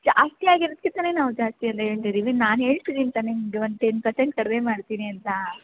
ಜಾಸ್ತಿ ಆಗಿರದಕ್ಕೆ ತಾನೇ ನಾವು ಜಾಸ್ತಿ ಅಂತ ಹೇಳ್ತಯಿದ್ದೀವಿ ನಾನು ಹೇಳ್ತಿದಿನ್ ತಾನೇ ನಿಮ್ಗೆ ಒಂದು ಟೆನ್ ಪರ್ಸೆಂಟ್ ಕಡಿಮೆ ಮಾಡ್ತೀನಿ ಅಂತ